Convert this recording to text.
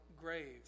grave